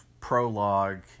prologue